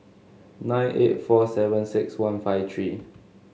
nine eight four seven six one five three